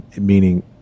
Meaning